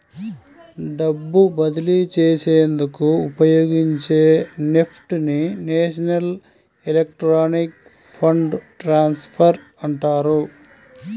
డబ్బు బదిలీ చేసేందుకు ఉపయోగించే నెఫ్ట్ ని నేషనల్ ఎలక్ట్రానిక్ ఫండ్ ట్రాన్స్ఫర్ అంటారు